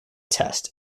test